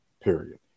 period